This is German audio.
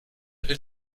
will